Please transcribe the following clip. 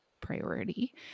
priority